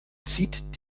zieht